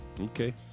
Okay